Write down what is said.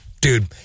dude